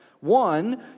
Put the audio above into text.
One